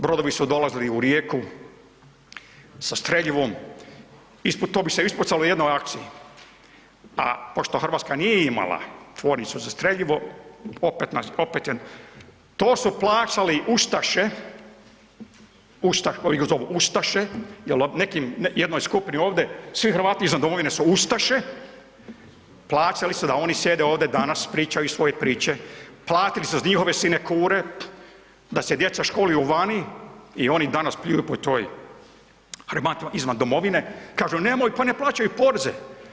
Brodovi su dolazili u Rijeku sa streljivom i to bi se ispucalo u jednoj akciji, a pošto RH nije imala tvornicu za streljivo opet nas, opet je, to su plaćali ustaše, koji zovu ustaše jel nekim, jednoj skupini ovde svi Hrvati izvan domovine su ustaše, plaćali su da oni sjede ovde danas i pričaju svoje priče, platili su njihove sinekure da se djeca školuju vani i oni danas pljuju po toj Hrvatima izvan domovine, kažu nemoj, pa ne plaćaju poreze.